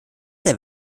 der